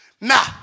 Nah